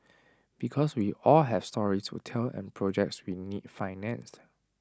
because we all have stories to tell and projects we need financed